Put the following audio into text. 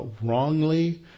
wrongly